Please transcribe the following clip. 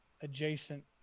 adjacent